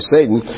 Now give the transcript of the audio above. Satan